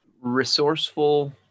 Resourceful